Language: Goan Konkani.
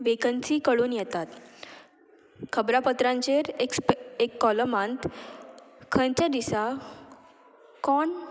वेकन्सी कळून येतात खबरापत्रांचेर एक कॉलमांत खंयच्या दिसा कोण